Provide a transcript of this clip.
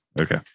Okay